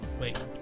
Wait